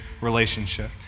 relationship